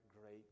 great